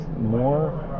more